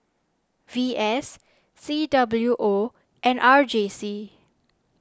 V S C W O and R J C